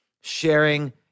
sharing